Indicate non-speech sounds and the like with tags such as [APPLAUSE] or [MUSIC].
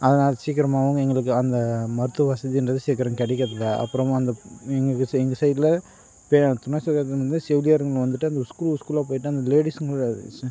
அதனால் சீக்கிரமாகவும் எங்களுக்கு அந்த மருத்துவ வசதின்றது சீக்கிரம் கிடைக்கறதில்ல அப்புறமும் அந்த எங்கெங்கே செ எங்கள் சைடில் பெ துணை [UNINTELLIGIBLE] செவிலியருங்களை வந்துட்டு அந்த ஸ்கூல் ஸ்கூல்லாம் போயிட்டு அந்த லேடிஸும் கிடையாது ஸ்